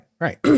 Right